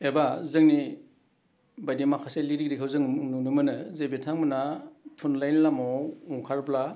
एबा जोंनि बायदि माखासे लिरगिरिखौ जों नुनो मोनो जे बिथांमोना थुनलाइनि लामायाव ओंखारब्ला